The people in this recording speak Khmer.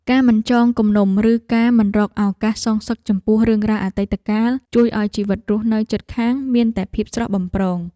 ការមិនចងគំនុំឬការមិនរកឱកាសសងសឹកចំពោះរឿងរ៉ាវអតីតកាលជួយឱ្យជីវិតរស់នៅជិតខាងមានតែភាពស្រស់បំព្រង។